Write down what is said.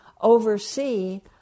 oversee